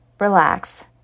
relax